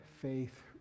faith